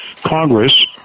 Congress